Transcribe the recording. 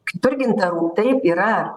kitur gintarų taip yra